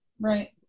Right